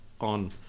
on